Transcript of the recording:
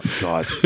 God